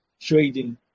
trading